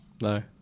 No